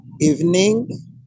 evening